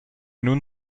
nun